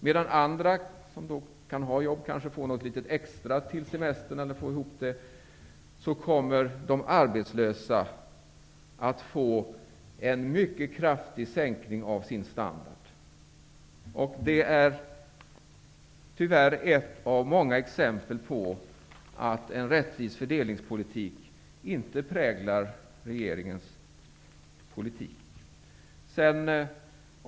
Medan de andra som har arbete kanske får något extra till semestern, kommer de arbetslösa att få en mycket kraftig sänkning av sin standard. Det är tyvärr ett av många exempel på att regeringens fördelningspolitik inte präglas av rättvisa.